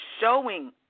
showing